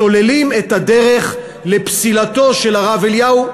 סוללים את הדרך לפסילתו של הרב אליהו,